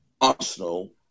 Arsenal